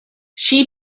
she